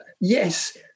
yes